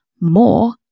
more